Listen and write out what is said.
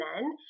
men